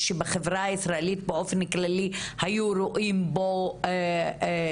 אבל באותו קונטקסט, ואיך שהשתמשו בתמונה,